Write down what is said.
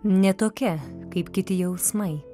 ne tokia kaip kiti jausmai